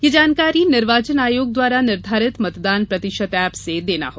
यह जानकारी निर्वाचन आयोग द्वारा निर्धारित मतदान प्रतिशत एप से देना है